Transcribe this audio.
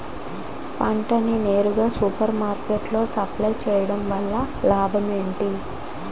పంట ని నేరుగా సూపర్ మార్కెట్ లో సప్లై చేయటం వలన లాభం ఏంటి?